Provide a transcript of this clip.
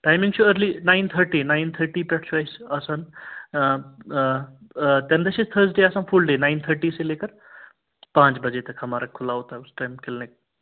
timing چھِ early nine تھٔٹی nine تھٔٹی پٮ۪ٹھ چھُ اَسہِ آسان تَمہِ دۄہ چھِ اَسہِ تھٔرٕزڈے آسان فُل ڈے نایِن تھٹی سے لے کَر پانچ بَجے تَک ہمارا کھُلا ہوتا ہے اُس ٹایم کِلنِک